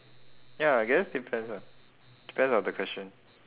ya I guess depends ah depends on the question